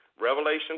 Revelation